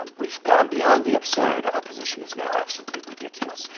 um we've gone beyond the absurd. our position is now absolutely ridiculous.